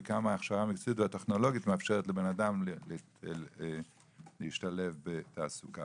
וכמה ההכשרה המקצועית והטכנולוגית מאפשרת לבן אדם להשתלב בתעסוקה.